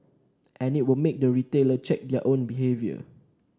and it will make the retailer check their own behaviour